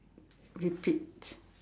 repeat